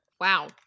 Wow